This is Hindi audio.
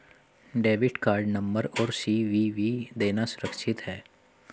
डेबिट कार्ड नंबर और सी.वी.वी देना सुरक्षित है?